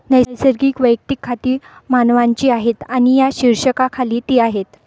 नैसर्गिक वैयक्तिक खाती मानवांची आहेत आणि या शीर्षकाखाली ती आहेत